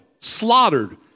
slaughtered